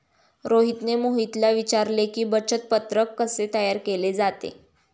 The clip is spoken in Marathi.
रोहितने मोहितला विचारले की, बचत पत्रक कसे तयार केले जाते?